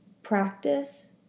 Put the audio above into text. practice